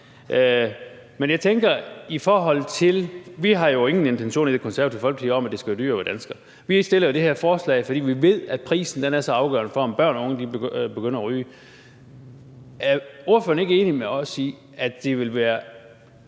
Vi har jo i Det Konservative Folkeparti ingen intentioner om, at det skal være dyrere at være dansker. Vi fremsætter det her forslag, fordi vi ved, at prisen er så afgørende for, om børn og unge begynder at ryge. Er ordføreren ikke enig med os i, at det ville være